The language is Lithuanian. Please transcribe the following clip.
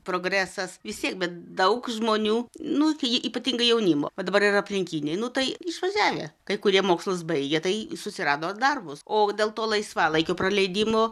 progresas vistiek bet daug žmonių nu ypatingai jaunimo va dabar ir aplinkiniai nu tai išvažiavę kai kurie mokslus baigė tai susirado darbus o dėl to laisvalaikio praleidimo